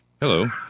Hello